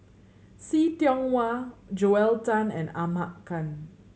See Tiong Wah Joel Tan and Ahmad Khan